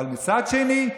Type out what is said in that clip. אבל מצד שני,